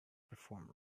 perform